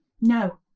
No